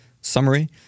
summary